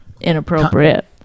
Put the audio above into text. inappropriate